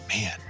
man